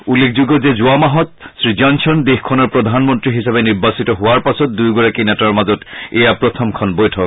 উল্লেখযোগ্য যে যোৱা মাহত শ্ৰীজনছন দেশখনৰ প্ৰধানমন্ত্ৰী হিচাপে নিৰ্বাচিত হোৱাৰ পাছত দুয়োগৰাকী নেতাৰ মাজত এয়া প্ৰথমখন বৈঠক